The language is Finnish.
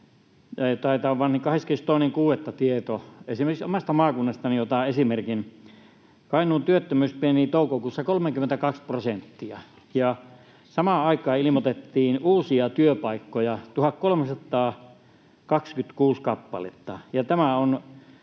22.6. tuli tieto — omasta maakunnastani otan esimerkin — että Kainuun työttömyys pieneni toukokuussa 32 prosenttia ja samaan aikaan ilmoitettiin uusia työpaikkoja 1 326 kappaletta, ja tämä on